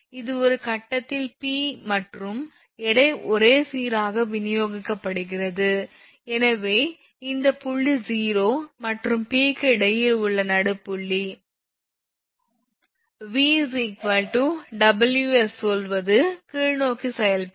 இது ஒரு கட்டத்தில் P மற்றும் எடை ஒரே சீராக விநியோகிக்கப்படுகிறது எனவே இந்த புள்ளி 0 மற்றும் P க்கு இடையில் உள்ள நடுப் புள்ளி V Ws சொல்வது கீழ்நோக்கிச் செயல்படும்